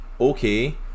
okay